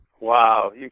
Wow